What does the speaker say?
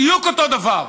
בדיוק אותו דבר.